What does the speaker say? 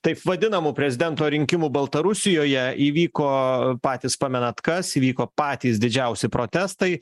taip vadinamų prezidento rinkimų baltarusijoje įvyko patys pamenat kas įvyko patys didžiausi protestai